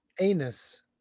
anus